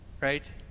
Right